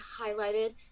highlighted